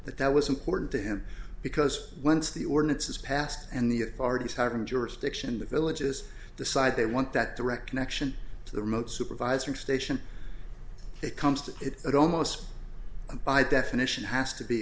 that that was important to him because once the ordinance is passed and the authorities haven't jurisdiction the villages decide they want that direct connection to the remote supervising station they comes to it almost by definition has to be